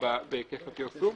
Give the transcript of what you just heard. בהיקף הפרסום.